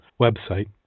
website